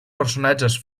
personatges